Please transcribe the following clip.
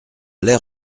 l’air